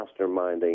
masterminding